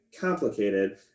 complicated